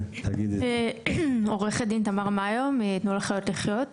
אני עו"ד מתנו לחיות לחיות.